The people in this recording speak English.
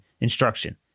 instruction